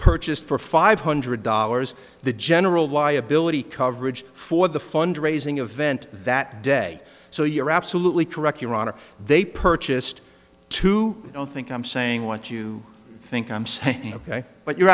purchased for five hundred dollars the general liability coverage for the fund raising event that day so you're absolutely correct your honor they purchased two i don't think i'm saying what you think i'm saying ok but you're